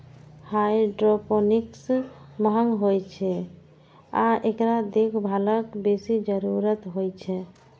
hydroponics महंग होइ छै आ एकरा देखभालक बेसी जरूरत होइ छै